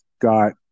got